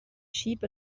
sheep